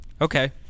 Okay